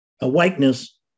awakeness